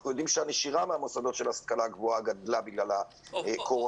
אנחנו יודעים שהנשירה מהמוסדות להשכלה גבוהה גדלה בגלל הקורונה.